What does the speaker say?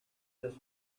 this